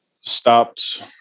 stopped